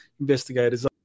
investigators